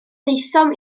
daethom